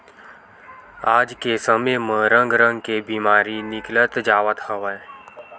आज के समे म रंग रंग के बेमारी निकलत जावत हवय